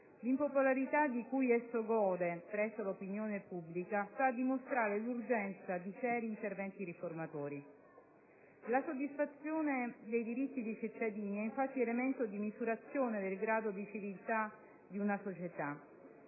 L'impopolarità di cui esso gode presso l'opinione pubblica sta a dimostrare l'urgenza di seri interventi riformatori. La soddisfazione dei diritti dei cittadini è infatti elemento di misurazione del grado di civiltà di una società.